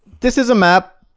this is a map